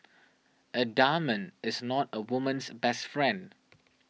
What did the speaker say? a diamond is not a woman's best friend